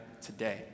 today